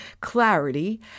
clarity